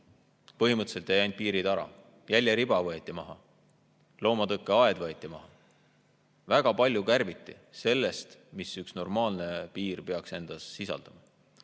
Põhimõtteliselt jäi ainult piiritara. Jäljeriba võeti maha, loomatõkkeaed võeti maha, väga palju kärbiti sellest, mida üks normaalne piir peaks sisaldama.